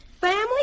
Family